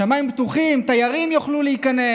שמיים פתוחים, תיירים יוכלו להיכנס.